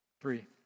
Three